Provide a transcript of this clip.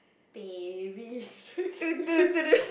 baby shark do do do